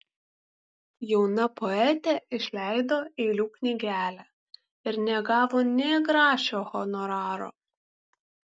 jauna poetė išleido eilių knygelę ir negavo nė grašio honoraro